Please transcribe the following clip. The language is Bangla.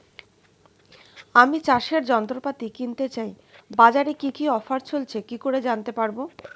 আমি চাষের যন্ত্রপাতি কিনতে চাই বাজারে কি কি অফার চলছে কি করে জানতে পারবো?